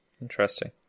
Interesting